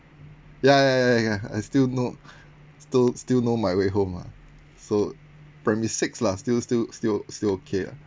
ya ya ya ya I still know still still know my way home lah so primary six lah still still still still okay lah